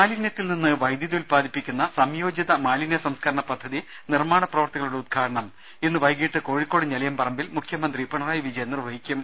മാലിന്യത്തിൽ നിന്ന് വൈദ്യൂതി ഉൽപാദിപ്പിക്കുന്ന സംയോജിത മാലിന്യസംസ്കരണ പദ്ധതി നിർമ്മാണ പ്രവൃത്തികളുടെ ഉദ്ഘാടനം ഇന്ന് വൈകീട്ട് കോഴിക്കോട് ഞെളിയൻ പറമ്പിൽ മുഖ്യമന്ത്രി പിണറായി വിജയൻ നിർവ്വഹിക്കും